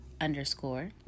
underscore